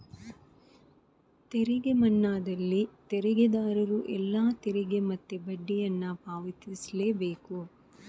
ತೆರಿಗೆ ಮನ್ನಾದಲ್ಲಿ ತೆರಿಗೆದಾರರು ಎಲ್ಲಾ ತೆರಿಗೆ ಮತ್ತೆ ಬಡ್ಡಿಯನ್ನ ಪಾವತಿಸ್ಲೇ ಬೇಕು